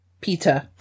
Peter